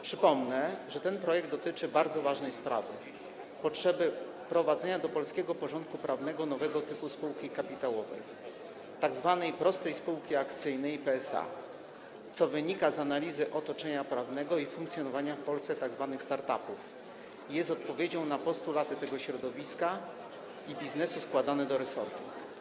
Przypomnę, że ten projekt dotyczy bardzo ważnej sprawy - potrzeby wprowadzenia do polskiego porządku prawnego nowego typu spółki kapitałowej, tzw. prostej spółki akcyjnej, PSA, co wynika z analizy otoczenia prawnego i funkcjonowania w Polsce tzw. start-upów i jest odpowiedzią na postulaty tego środowiska i biznesu składane do resortu.